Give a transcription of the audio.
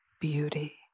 beauty